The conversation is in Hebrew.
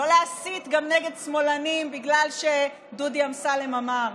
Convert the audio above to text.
גם לא להסית נגד שמאלנים בגלל שדודי אמסלם אמר.